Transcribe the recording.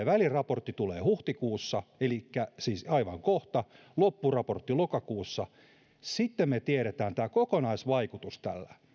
väliraportti tulee huhtikuussa elikkä siis aivan kohta ja loppuraportti lokakuussa ja sen jälkeen kun se tulos tulee me tiedämme tämän kokonaisvaikutuksen